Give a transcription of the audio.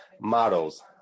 models